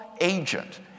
agent